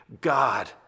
God